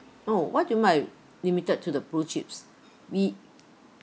oh what do you mean by limited to the blue chips we